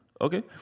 Okay